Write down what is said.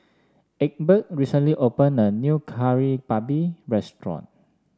Egbert recently open a new Kari Babi restaurant